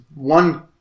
One